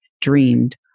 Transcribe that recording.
dreamed